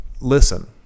listen